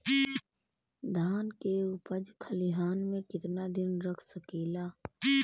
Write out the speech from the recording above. धान के उपज खलिहान मे कितना दिन रख सकि ला?